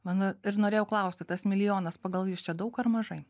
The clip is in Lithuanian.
mano ir norėjau klausti tas milijonas pagal jus čia daug ar mažai